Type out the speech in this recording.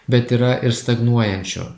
bet yra ir stagnuojančių